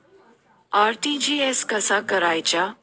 RTGS कसा करायचा?